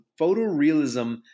photorealism